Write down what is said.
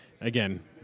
again